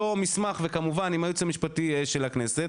מסמך וכמובן עם היועץ המשפטי של הכנסת,